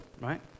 right